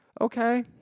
Okay